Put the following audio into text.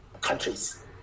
countries